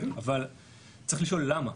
אבל צריך לשאול למה,